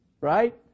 right